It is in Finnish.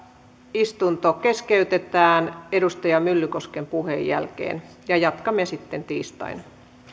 asian käsittely keskeytetään edustaja myllykosken puheen jälkeen ja jatkamme sitten tiistaina